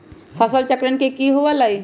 फसल चक्रण की हुआ लाई?